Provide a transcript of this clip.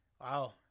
Wow